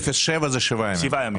אפס עד שבעה קילומטר זה שבעה ימים.